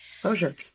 Closure